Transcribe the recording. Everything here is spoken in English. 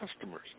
customers